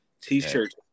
T-shirts